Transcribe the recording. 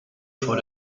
vor